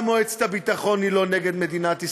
גם מועצת הביטחון היא לא נגד מדינת ישראל.